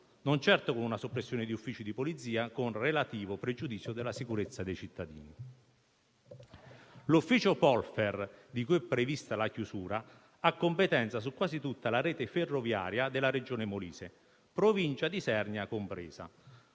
non certo con una soppressione di uffici di polizia, con relativo pregiudizio della sicurezza dei cittadini. L'ufficio Polfer, di cui è prevista la chiusura, ha competenza su quasi tutta la rete ferroviaria della regione Molise, Provincia di Isernia compresa.